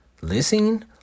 Listening